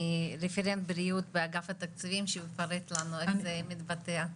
מרפרנט בריאות באגף התקציבים שיפרט לנו איך זה מתבטא.